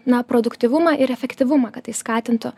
na produktyvumą ir efektyvumą kad tai skatintų